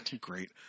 Great